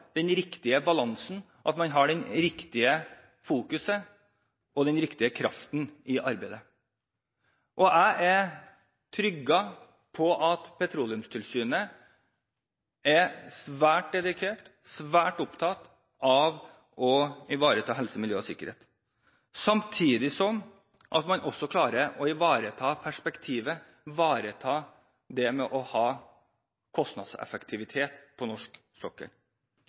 den riktige balansen, den riktige fokuseringen og den riktige kraften i arbeidet. Jeg er trygg på at Petroleumstilsynet er svært dedikert og svært opptatt av å ivareta helse, miljø og sikkerhet, samtidig som man også klarer å ivareta perspektivet, ivareta det med å ha kostnadseffektivitet på norsk sokkel